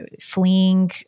fleeing